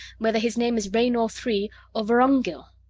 whether his name is raynor three or vorongil.